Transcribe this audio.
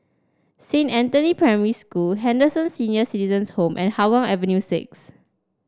Saint Anthony Primary School Henderson Senior Citizens' Home and Hougang Avenue six